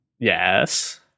Yes